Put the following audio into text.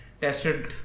tested